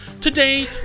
Today